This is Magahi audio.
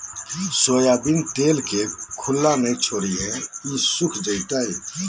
सोयाबीन तेल के खुल्ला न छोरीहें ई सुख जयताऊ